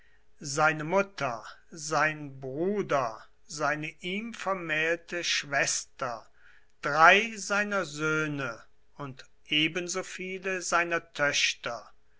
seine mutter sein bruder seine ihm vermählte schwester drei seiner söhne und ebenso viele seiner töchter